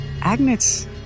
Agnes